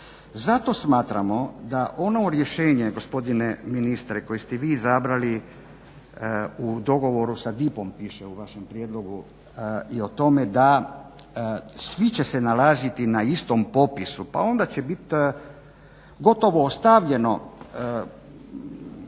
Zato smatramo da ono rješenje gospodine ministre koje ste vi izabrali u dogovoru sa DIP-om piše u vašem prijedlogu i o tome da svi će se nalaziti na istom popisu pa onda će bit gotovo ostavljeno